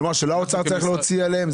כלומר, שלא האוצר צריך להוציא עליהם?